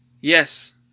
Yes